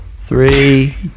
three